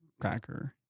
cracker